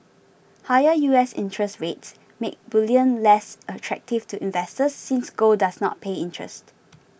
higher U S interest rates make bullion less attractive to investors since gold does not pay interest